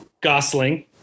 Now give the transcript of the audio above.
Gosling